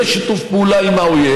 זה שיתוף פעולה עם האויב.